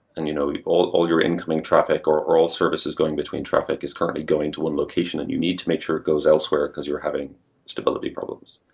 and you know all all your incoming traffic or or all services going between traffic is currently going to one location and you need to make sure it goes elsewhere because you're having stability problems.